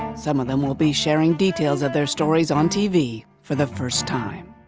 some of them will be sharing details of their stories on tv for the first time.